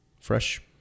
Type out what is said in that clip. fresh